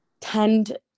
tend